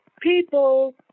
people